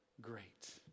great